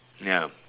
ya